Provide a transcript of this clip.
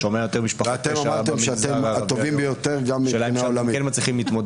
ואתם אמרתם שאתם הטובים ביותר גם מבחינה עולמית.